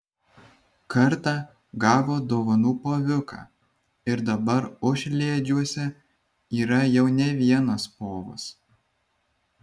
kartą gavo dovanų poviuką ir dabar užliedžiuose yra jau ne vienas povas